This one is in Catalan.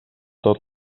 tot